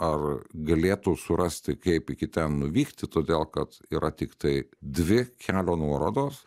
ar galėtų surasti kaip iki ten nuvykti todėl kad yra tiktai dvi kelio nuorodos